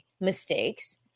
mistakes